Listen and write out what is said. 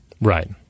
Right